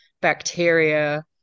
bacteria